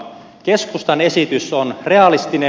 keskustan esitys on realistinen